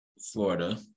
Florida